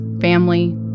family